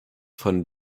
von